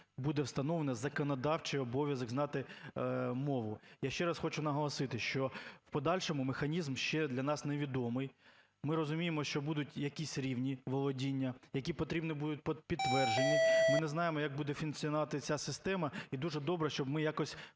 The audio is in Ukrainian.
буде встановлено законодавчий обов'язок знати мову. Я ще раз хочу наголосити, що в подальшому механізм ще для нас невідомий. Ми розуміємо, що будуть якісь рівні володіння, які потрібно буде… підтверджені. Ми не знаємо, як буде функціонувати ця система, і дуже добре, щоб ми якось